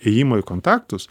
ėjimo į kontaktus